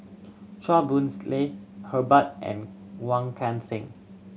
Chua Boon Lay Herbert and Wong Kan Seng